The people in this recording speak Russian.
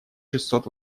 шестьсот